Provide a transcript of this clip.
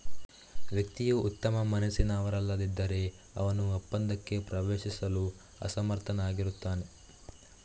ವ್ಯಕ್ತಿಯು ಉತ್ತಮ ಮನಸ್ಸಿನವರಲ್ಲದಿದ್ದರೆ, ಅವನು ಒಪ್ಪಂದಕ್ಕೆ ಪ್ರವೇಶಿಸಲು ಅಸಮರ್ಥನಾಗಿರುತ್ತಾನೆ